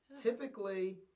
Typically